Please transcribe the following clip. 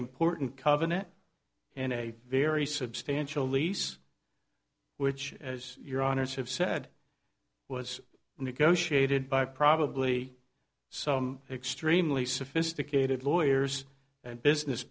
important covenant and a very substantial lease which as your owners have said was negotiated by probably some extremely sophisticated lawyers and business